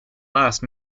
last